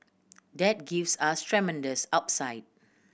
that gives us tremendous upside